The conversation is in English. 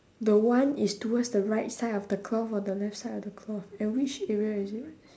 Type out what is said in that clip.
the one is towards the right side of the cloth or the left side of the cloth and which area is it